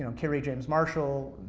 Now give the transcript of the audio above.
you know kerry james marshall,